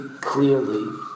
clearly